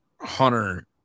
Hunter